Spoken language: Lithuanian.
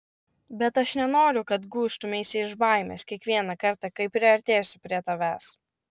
bet aš nenoriu kad gūžtumeisi iš baimės kiekvieną kartą kai priartėsiu prie tavęs